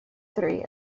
three